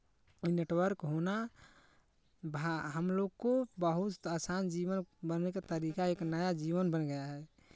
network होना हमलोग को बहुत आसान जीवन बनाने का तरीका एक नया जीवन बन गया है